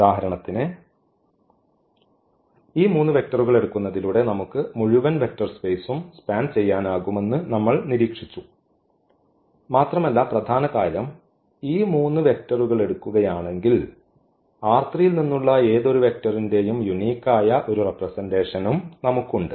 ഉദാഹരണത്തിന് ഈ 3 വെക്റ്ററുകൾ എടുക്കുന്നതിലൂടെ നമുക്ക് മുഴുവൻ വെക്റ്റർ സ്പേസും സ്പാൻ ചെയ്യാനാകുമെന്ന് നമ്മൾ നിരീക്ഷിച്ചു മാത്രമല്ല പ്രധാന കാര്യം ഈ 3 വെക്റ്ററുകളെടുക്കുകയാണെങ്കിൽ ൽ നിന്നുള്ള ഏതൊരു വെക്ടറിന്റെയും യൂണിക് ആയ ഒരു റെപ്രെസെന്റഷനും നമുക്കുണ്ട്